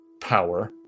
power